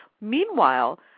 Meanwhile